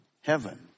heaven